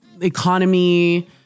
economy